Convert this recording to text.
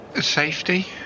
safety